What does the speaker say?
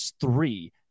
three